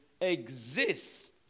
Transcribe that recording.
exists